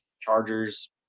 chargers